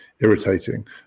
irritating